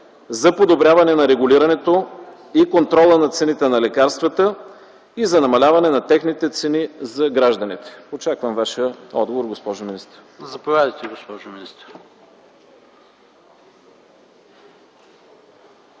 за подобряване на регулирането и контрола на цените на лекарствата и за намаляване на техните цени за гражданите? Очаквам Вашия отговор, госпожо министър. ПРЕДСЕДАТЕЛ ПАВЕЛ ШОПОВ: Заповядайте, госпожо министър.